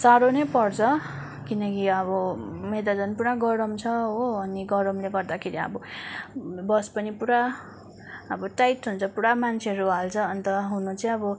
साह्रो नै पर्छ किनकि अब मेरो त झन् पुरा गरम छ हो अनि गरमले गर्दाखेरि अब बस पनि पुरा अब टाइट हुन्छ पुरा मान्छेहरू हाल्छ अन्त हुनु चाहिँ अब